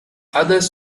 others